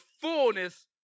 fullness